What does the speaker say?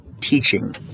teaching